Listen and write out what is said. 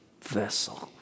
vessel